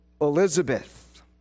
Elizabeth